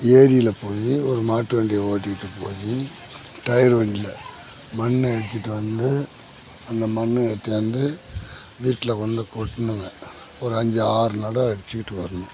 ஏரியில் போய் ஒரு மாட்டு வண்டியை ஓட்டிகிட்டு போய் டயர் வண்டியில் மண் அடிச்சுட்டு வந்து அந்த மண்ணு ஏற்றியாந்து வீட்டில் கொண்டு வந்து கொட்டணுங்க ஒரு அஞ்சு ஆறு நடை அடிச்சுக்கிட்டு வரணும்